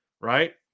Right